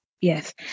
yes